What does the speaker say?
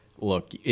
look